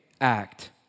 act